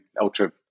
ultra